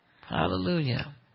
Hallelujah